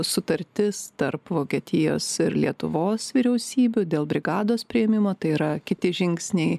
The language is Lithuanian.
sutartis tarp vokietijos ir lietuvos vyriausybių dėl brigados priėmimo tai yra kiti žingsniai